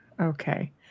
Okay